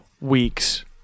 weeks